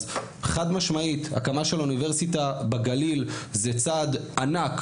אז חד משמעית הקמה של אוניברסיטה בגליל זה צעד ענק,